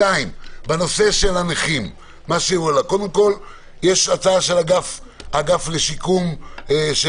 בנושא של הנכים, יש אתר של האגף לשיקום של